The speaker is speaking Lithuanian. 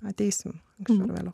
ateisim galų gale